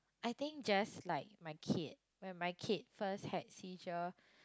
I think just like my kid when my kid first had seizure